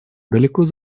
далеко